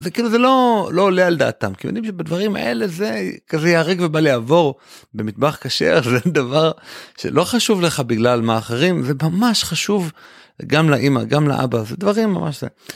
זה כאילו זה לא, לא עולה על דעתם כי הם יודעים שבדברים האלה זה כזה יהרג ובל יעבור במטבח כשר זה דבר שלא חשוב לך בגלל מה אחרים זה ממש חשוב גם לאמא גם לאבא זה דברים ממש זה